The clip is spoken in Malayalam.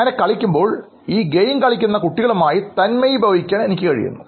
അങ്ങനെ കളിക്കുമ്പോൾ ഈ ഗെയിം കളിക്കുന്ന കുട്ടികളുമായി തന്മയി ഭവിക്കാൻ എനിക്ക് കഴിയുന്നു